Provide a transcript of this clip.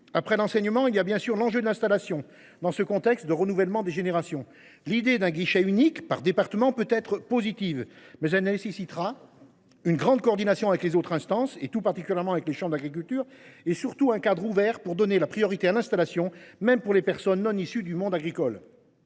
de l’enseignement conduit naturellement à celui de l’installation, dans un contexte de renouvellement des générations. L’idée d’un guichet unique par département peut être positive, mais elle nécessitera une grande coordination avec les autres instances – tout particulièrement les chambres d’agriculture –, et surtout un cadre ouvert donnant la priorité à l’installation, y compris des personnes non issues du monde agricole.